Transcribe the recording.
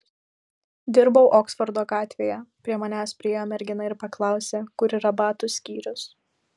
dirbau oksfordo gatvėje prie manęs priėjo mergina ir paklausė kur yra batų skyrius